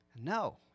No